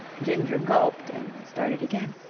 ginger gulped and started again.